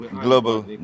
global